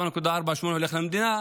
4.48 הולך למדינה,